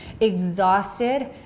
exhausted